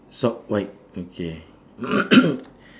sock white okay